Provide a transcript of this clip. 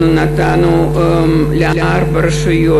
אנחנו נתנו לארבע רשויות,